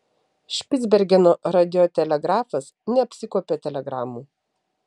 špicbergeno radiotelegrafas neapsikuopia telegramų